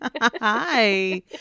Hi